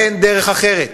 אין דרך אחרת.